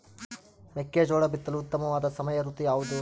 ಮೆಕ್ಕೆಜೋಳ ಬಿತ್ತಲು ಉತ್ತಮವಾದ ಸಮಯ ಋತು ಯಾವುದು?